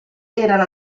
erano